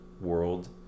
world